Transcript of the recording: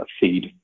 feed